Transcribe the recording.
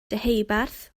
deheubarth